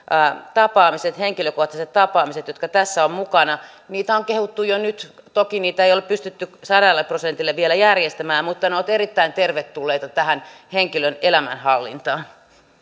tapaamisia henkilökohtaisia tapaamisia jotka tässä ovat mukana on kehuttu jo nyt toki niitä ei ole pystytty sadalle prosentille vielä järjestämään mutta ne ovat erittäin tervetulleita tähän henkilön elämänhallintaan